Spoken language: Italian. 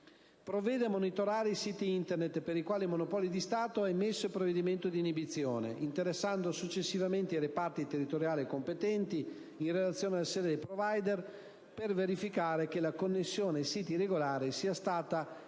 provvede a monitorare i siti Internet per i quali i Monopoli di Stato hanno emesso il provvedimento di inibizione, interessando successivamente i reparti territoriali competenti in relazione alla sede del *provider*, per verificare che la connessione ai siti irregolari sia stata